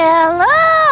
Hello